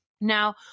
Now